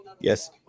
Yes